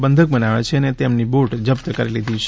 બંધક બનાવ્યા છે અને તેમની બોટ જપ્ત કરી લીધી છે